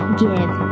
give